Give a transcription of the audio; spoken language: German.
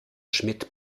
schmidt